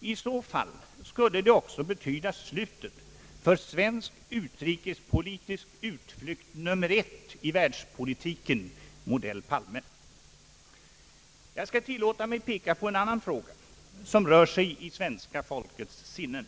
I så fall betyder det också slutet för svensk utrikespolitiks utflykt nummer 1 i världspolitiken, modell Palme. Jag skall tillåta mig peka på en annan fråga som rör sig i svenska folkets sinnen.